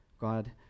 God